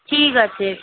ঠিক আছে